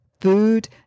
food